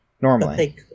normally